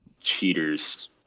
cheaters